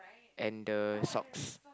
and the socks